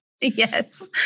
Yes